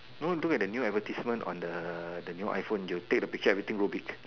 no look at the new advertisement on the the new iPhone you take the picture of everything will be